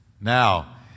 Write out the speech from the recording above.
now